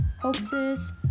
hoaxes